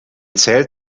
zählt